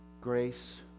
Grace